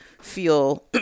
feel